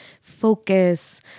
focus